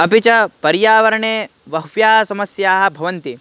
अपि च पर्यावरणे बह्व्यः समस्याः भवन्ति